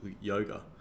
Yoga